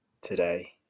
today